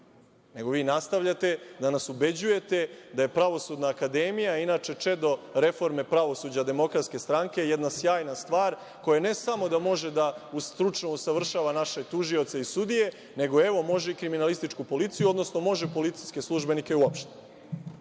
nego vi nastavljate da nas ubeđujete da je Pravosudna akademija, inače čedo reforme pravosuđa DS, jedna sjajna stvar, koja ne samo da može da stručno usavršava naše tužioce i sudije, nego evo može i kriminalističku policiju, odnosno može policijske službenike uopšte. Dakle,